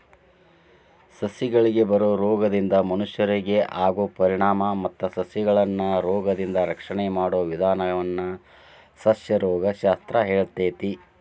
ಸಸಿಗಳಿಗೆ ಬರೋ ರೋಗದಿಂದ ಮನಷ್ಯರಿಗೆ ಆಗೋ ಪರಿಣಾಮ ಮತ್ತ ಸಸಿಗಳನ್ನರೋಗದಿಂದ ರಕ್ಷಣೆ ಮಾಡೋ ವಿದಾನವನ್ನ ಸಸ್ಯರೋಗ ಶಾಸ್ತ್ರ ಹೇಳ್ತೇತಿ